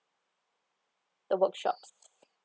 the workshops